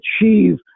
achieve